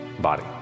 body